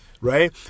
right